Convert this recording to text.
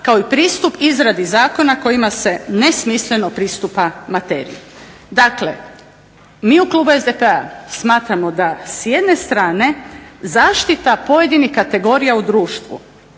kao i pristup izradi zakona kojima se nesmisleno pristupa materiji. Dakle mi u klubu SDP-a smatramo da s jedne strane zaštita pojedinih kategorija u društvu,